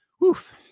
woof